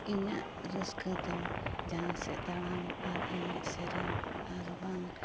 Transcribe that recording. ᱤᱧᱟᱹᱜ ᱨᱟᱹᱥᱠᱟᱹ ᱫᱚ ᱡᱟᱦᱟᱸ ᱥᱮᱫ ᱫᱟᱬᱟᱱ ᱟᱨ ᱮᱱᱮᱡ ᱥᱮᱨᱮᱧ ᱟᱨᱵᱟᱝ